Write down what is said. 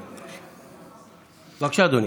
אדוני.